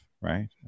right